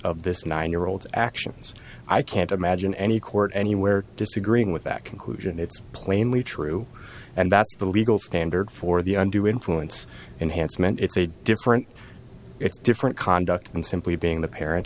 of this nine year old actions i can't imagine any court anywhere disagreeing with that conclusion it's plainly true and that's the legal standard for the undue influence enhanced meant it's a different it's different conduct than simply being the parent